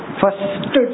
first